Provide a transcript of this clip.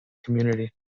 community